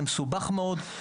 זה מסובך מאוד,